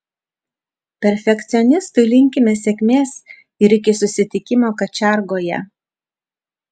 perfekcionistui linkime sėkmės ir iki susitikimo kačiargoje